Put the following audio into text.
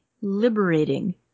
liberating